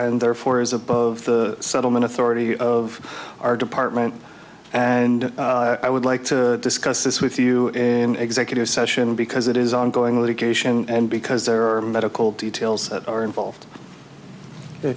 and therefore is above the settlement authority of our department and i would like to discuss this with you in executive session because it is ongoing litigation and because there are medical details that are involved